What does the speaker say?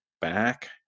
back